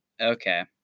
Okay